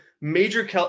major